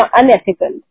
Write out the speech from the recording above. unethical